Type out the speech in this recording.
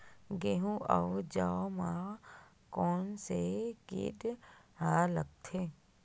गेहूं अउ जौ मा कोन से कीट हा लगथे?